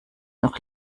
noch